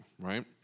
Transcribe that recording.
Right